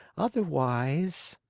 otherwise.